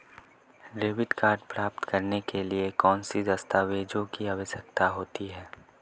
Debit card प्राप्त करने के लिए किन दस्तावेज़ों की आवश्यकता होती है?